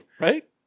Right